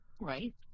Right